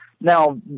Now